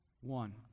one